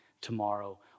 tomorrow